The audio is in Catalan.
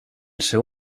seu